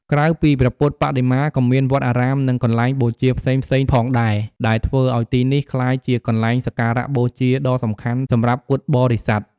ក្រៅពីព្រះពុទ្ធបដិមា ក៏មានវត្តអារាមនិងកន្លែងបូជាផ្សេងៗផងដែរ ដែលធ្វើឲ្យទីនេះក្លាយជាកន្លែងសក្ការបូជាដ៏សំខាន់សម្រាប់ពុទ្ធបរិស័ទ។